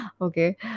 Okay